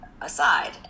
Aside